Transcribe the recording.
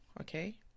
okay